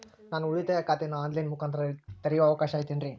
ನಾನು ಉಳಿತಾಯ ಖಾತೆಯನ್ನು ಆನ್ ಲೈನ್ ಮುಖಾಂತರ ತೆರಿಯೋ ಅವಕಾಶ ಐತೇನ್ರಿ?